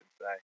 say